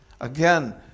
Again